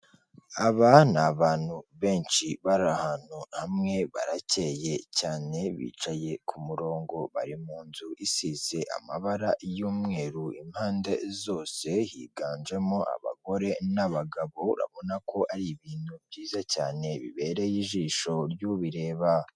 Aba ni abantu benshi bari ahantu hamwe, baracyeye cyane bicaye ku murongo, bari mu nzu isize amabara y'umweru impande zose, higanjemo abagore n'abagabo, urabona ko ari ibintu byiza cyane bibereye ijisho ry'ubireba.